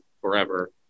forever